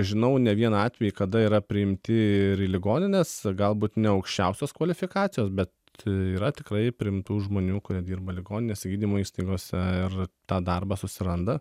žinau ne vieną atvejį kada yra priimti ir į ligonines galbūt ne aukščiausios kvalifikacijos bet yra tikrai priimtų žmonių kurie dirba ligoninėse gydymo įstaigose ir tą darbą susiranda